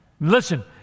Listen